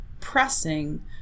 pressing